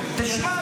רגע,